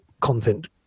content